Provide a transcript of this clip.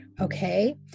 okay